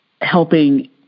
helping